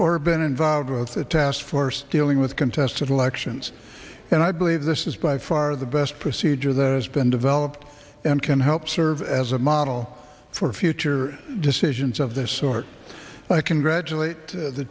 or been involved with the task force dealing with contested elections and i believe this is by far the best procedure the has been developed and can help serve as a model for future decisions of the sort i can graduate of the